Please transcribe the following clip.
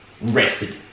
rested